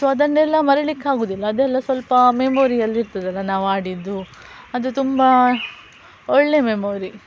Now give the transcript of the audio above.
so ಅದನ್ನೆಲ್ಲ ಮರೀಲಿಕ್ಕೆ ಆಗೋದಿಲ್ಲ ಅದೆಲ್ಲ ಸ್ವಲ್ಪ ಮೆಮೊರಿಯಲ್ಲಿ ಇರ್ತದಲ್ಲ ನಾವು ಆಡಿದ್ದು ಅದು ತುಂಬ ಒಳ್ಳೆ ಮೆಮೊರಿ